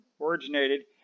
originated